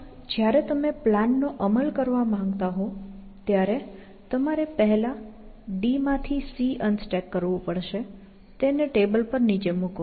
પણ જ્યારે તમે પ્લાનનો અમલ કરવા માંગતા હો ત્યારે તમારે પહેલા D માંથી C અનસ્ટેક કરવું પડશે તેને ટેબલ પર નીચે મૂકો